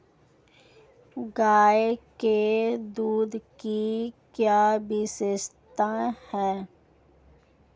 गाय के दूध की क्या विशेषता है?